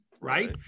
Right